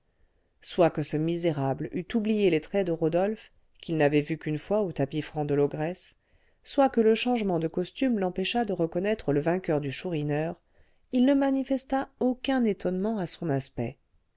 soit que ce misérable eût oublié les traits de rodolphe qu'il n'avait vu qu'une fois au tapis franc de l'ogresse soit que le changement de costume l'empêchât de reconnaître le vainqueur du chourineur il ne manifesta aucun étonnement à son aspect